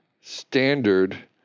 standard